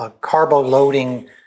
carbo-loading